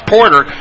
Porter